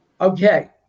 Okay